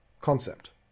concept